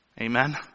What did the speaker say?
Amen